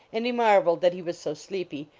and he mar veled that he was so sleepy,